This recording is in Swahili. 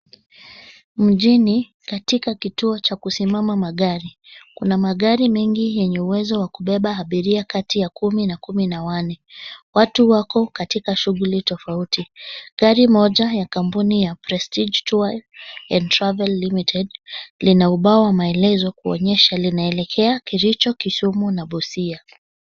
Mjini katika kituo cha kusimama gari. Kuna magari mengi yenye uwezo wa kubeba abiria kati kya kumi na kumi na wanne. Watu wako katika shughuli tofauti. Gari moja ya kampuni ya "prestige tours and travel limited" lina ubao wa maelezo kuonyesha linaelekea Kericho, Kisumu na Busia.